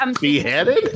Beheaded